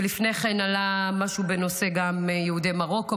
ולפני כן עלה משהו בנושא יהודי מרוקו,